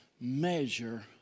measure